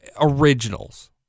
originals